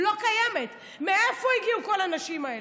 היא לא התחילה בשנה האחרונה,